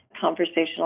conversational